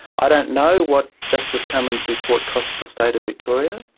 i don't know what justice cummins' report cost the state of victoria.